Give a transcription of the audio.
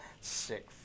Sick